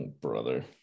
Brother